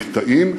מקטעים,